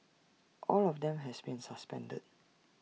all of them has been suspended